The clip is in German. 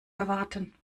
erwarten